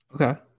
Okay